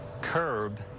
curb